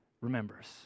remembers